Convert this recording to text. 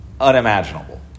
unimaginable